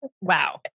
Wow